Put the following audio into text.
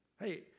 Hey